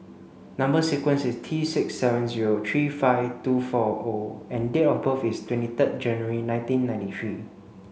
number sequence is T six seven zero three five two four O and date of birth is twenty third January nineteen ninety three